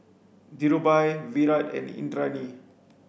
Dhirubhai Virat and Indranee